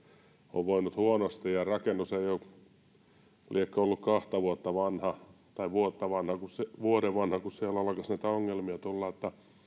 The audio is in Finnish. on voinut huonosti lieneekö rakennus ollut kahta vuotta vanha tai vuoden vanha kun siellä alkoi näitä ongelmia tulla